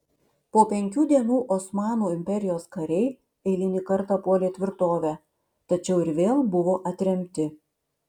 po penkių dienų osmanų imperijos kariai eilinį kartą puolė tvirtovę tačiau ir vėl buvo atremti